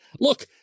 Look